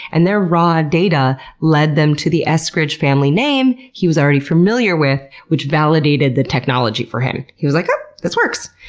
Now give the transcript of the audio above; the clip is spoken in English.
and their raw data led them to the eskridge family name he was already familiar with, which validated the technology for him. he was like, oh! ah this works!